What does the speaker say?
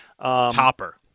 Topper